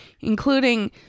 including